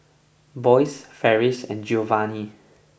Boyce Farris and Giovani